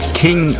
king